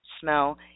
smell